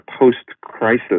post-crisis